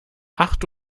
acht